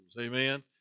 amen